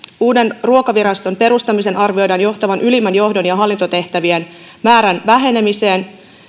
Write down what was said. uuden ruokaviraston perustamisen arvioidaan johtavan ylimmän johdon ja hallintotehtävien määrän vähenemiseen